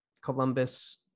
Columbus